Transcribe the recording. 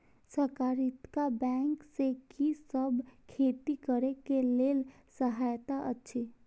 सहकारिता बैंक से कि सब खेती करे के लेल सहायता अछि?